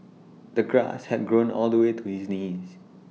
the grass had grown all the way to his knees